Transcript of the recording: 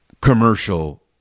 commercial